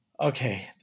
okay